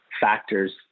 factors